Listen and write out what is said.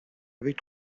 avec